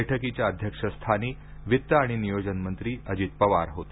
बैठकीच्या अध्यक्षस्थानी वित्त आणि नियोजन मंत्री अजित पवार होते